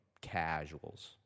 casuals